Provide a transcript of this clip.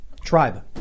Tribe